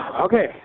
Okay